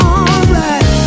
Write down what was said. Alright